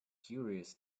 curious